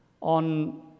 On